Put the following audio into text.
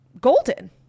golden